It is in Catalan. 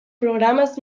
programes